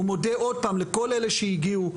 ומודה עוד פעם לכל אלה שהגיעו,